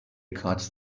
cards